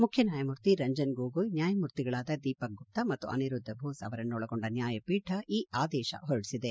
ಮುಖ್ಯ ನ್ಕಾಯಮೂರ್ತಿ ರಂಜನ್ ಗೋಗೊಯ್ ನ್ಕಾಯಮೂರ್ತಿಗಳಾದ ದೀಪಕ್ ಗುಪ್ತ ಮತ್ತು ಅನಿರುದ್ಧ ಬೋಸ್ ಅವರನ್ನು ಒಳಗೊಂಡ ನ್ಯಾಯಪೀಠ ಈ ಆದೇಶ ಹೊರಡಿಸಿದೆ